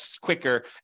quicker